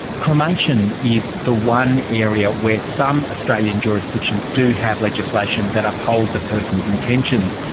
cremation is the one area where some australian jurisdictions do have legislation that upholds a person's intentions.